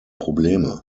probleme